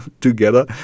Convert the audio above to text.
together